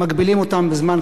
כמו שאר חברי הכנסת.